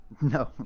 No